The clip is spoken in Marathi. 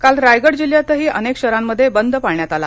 काल रायगड जिल्हयातही अनेक शहरांमध्ये बंद पाळण्यात आला